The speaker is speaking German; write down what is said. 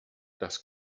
das